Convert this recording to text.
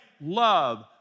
love